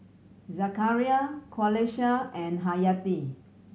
Zakaria Qalisha and Hayati